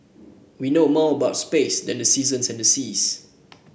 we know more about space than the seasons and the seas